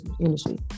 industry